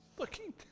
looking